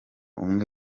umwe